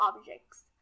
objects